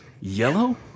Yellow